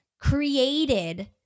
created